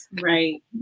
Right